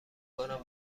کنم